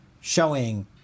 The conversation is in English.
showing